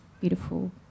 beautiful